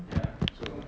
ya so